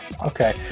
Okay